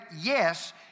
yes